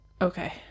Okay